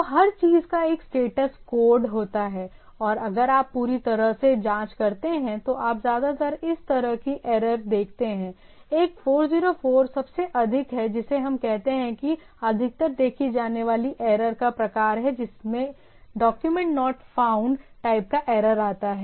तो हर चीज का एक स्टेटस कोड होता है और अगर आप पूरी तरह से जांच करते हैंतो आप ज्यादातर इस तरह की एरर देखते हैं एक 404 सबसे अधिक है जिसे हम कहते हैं कि अधिकतर देखी जाने वाली एरर का प्रकार है जिसे डॉक्यूमेंट नॉट फाउंड टाइप का एरर आता है